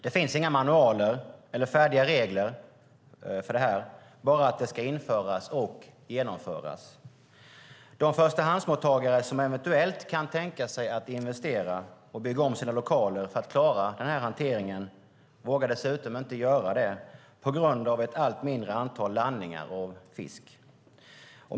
Det finns det inga manualer eller färdiga regler för det. Det sägs bara att det ska införas och genomföras, De förstahandsmottagare som eventuellt kan tänka sig att investera och bygga om sina lokaler för att klara hanteringen vågar dessutom inte göra det på grund av ett allt mindre antal landningar av fisk.